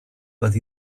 bat